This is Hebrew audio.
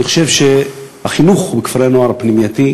אני חושב שהחינוך בכפרי-הנוער הפנימייתיים